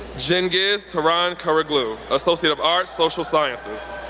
cengiz turan koroglu, associate of arts, social sciences.